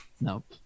nope